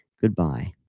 Goodbye